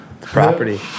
Property